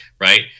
right